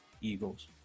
Eagles